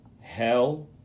hell